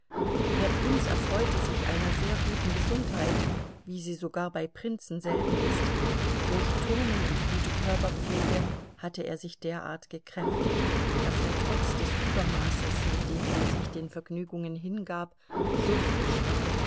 der prinz erfreute sich einer sehr guten gesundheit wie sie sogar bei prinzen selten ist durch turnen und gute körperpflege hatte er sich derart gekräftigt daß er trotz des übermaßes mit dem er sich den vergnügungen hingab so frisch war